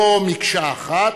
לא מקשה אחת,